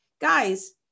guys